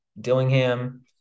Dillingham